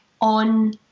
on